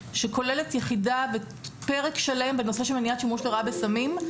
שכוללת פרק שלם בנושא של מניעת שימוש לרעה בסמים,